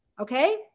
okay